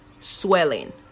swelling